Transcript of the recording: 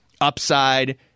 upside